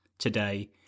Today